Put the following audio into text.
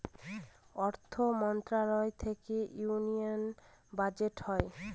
অর্থ মন্ত্রণালয় থেকে ইউনিয়ান বাজেট হয়